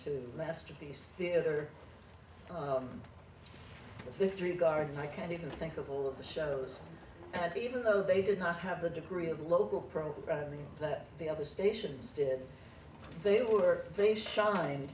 to masterpiece theater victory gardens i can't even think of all of the shows and even though they did not have the degree of local programming that the other stations did they were they shined